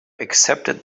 accepted